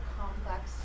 complex